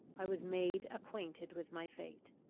i was made acquainted with my fate.